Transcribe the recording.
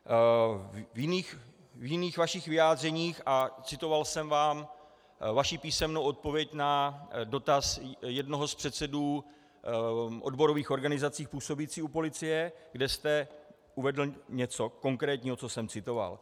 V jiných vašich vyjádřeních, a citoval jsem vám vaši písemnou odpověď na dotaz jednoho z předsedů odborových organizací působících u policie, kde jste uvedl něco konkrétního, co jsem citoval.